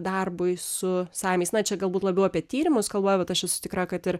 darbui su samiais na čia galbūt labiau apie tyrimus kalba bet aš esu tikra kad ir